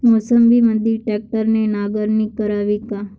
मोसंबीमंदी ट्रॅक्टरने नांगरणी करावी का?